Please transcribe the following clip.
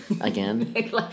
again